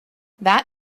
that